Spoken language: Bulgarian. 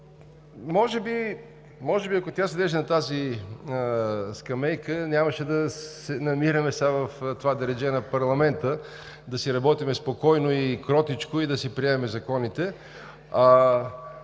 Може би, ако тя седеше на тази скамейка, нямаше да се намираме сега в това дередже на парламента – да си работим спокойно, кротичко и да си приемаме законите.